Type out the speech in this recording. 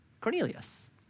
Cornelius